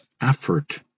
effort